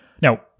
Now